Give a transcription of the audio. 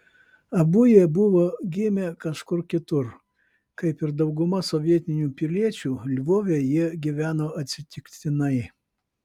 abu jie buvo gimę kažkur kitur kaip ir dauguma sovietinių piliečių lvove jie gyveno atsitiktinai